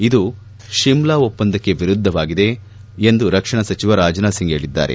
ಇದು ಶಿಮ್ಲಾ ಒಪ್ಪಂದಕ್ಕೆ ವಿರುದ್ದವಾಗಿದೆ ಎಂದು ರಕ್ಷಣಾ ಸಚಿವ ರಾಜನಾಥ್ ಸಿಂಗ್ ಹೇಳಿದ್ದಾರೆ